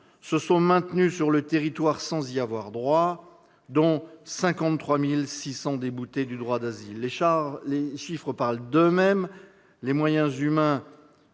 se sont maintenues sur le territoire sans en avoir le droit, dont 53 600 déboutés du droit d'asile. Les chiffres parlent d'eux-mêmes : les moyens humains